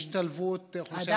על השתלבות האוכלוסייה הערבית,